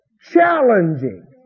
challenging